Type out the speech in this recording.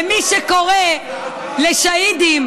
מי שקורא לשהידים,